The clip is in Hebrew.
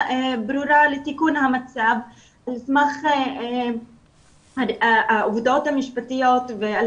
ברורה לתיקון המצב על סמך העובדות המשפטיות ועל